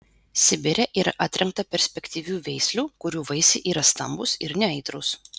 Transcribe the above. sibire yra atrinkta perspektyvių veislių kurių vaisiai yra stambūs ir neaitrūs